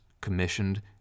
commissioned